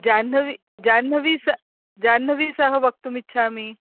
जाह्नवी जाह्नवी सह जाह्नवी सह वक्तुमिच्छामि